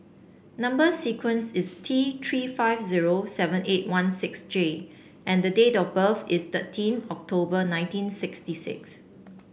number sequence is T Three five zero seven eight one six J and the date of birth is thirteen October nineteen sixty six